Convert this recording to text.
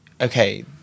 okay